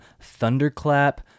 Thunderclap